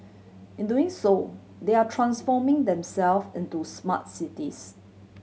in doing so they are transforming themselves into smart cities